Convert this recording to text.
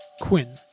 Quinn